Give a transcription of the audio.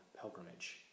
pilgrimage